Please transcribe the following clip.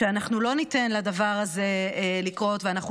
שאנחנו לא ניתן לדבר הזה לקרות ואנחנו